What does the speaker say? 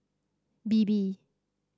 Bebe